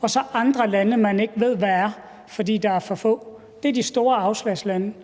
og så andre lande, man ikke ved hvad er, fordi der er for få. Det er de store afslagslande.